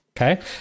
Okay